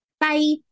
Bye